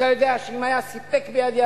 אתה יודע שאם היה סיפק בידי,